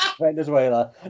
Venezuela